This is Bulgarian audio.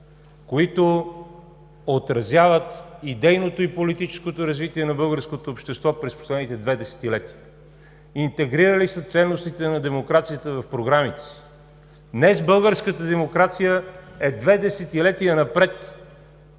които отразяват идейното и политическото развитие на българското общество през последните две десетилетия. Интегрирали са ценностите на демокрацията в програмите си. Днес българската демокрация е две десетилетия напред